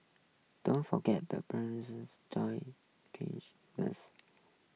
don't forget the joy